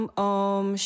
om